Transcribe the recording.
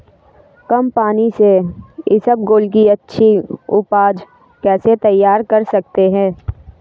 कम पानी से इसबगोल की अच्छी ऊपज कैसे तैयार कर सकते हैं?